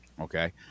Okay